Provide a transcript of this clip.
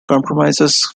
comprises